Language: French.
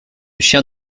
chien